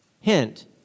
Hint